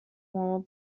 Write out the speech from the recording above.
more